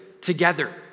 together